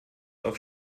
auf